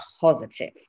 positive